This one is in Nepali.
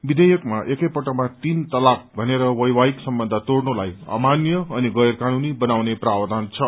विषेयकमा एकेपल्टमा तीन तलाक भनेर वेषाहिक सम्बन्ध तोड़नुलाई अमान्य अनि गैरकानूनी बनाउने प्रावधान छ